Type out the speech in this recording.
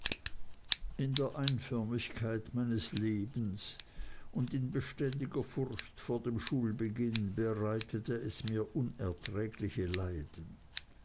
in der einförmigkeit meines lebens und in beständiger furcht vor dem schulbeginn bereitete es mir unerträgliche leiden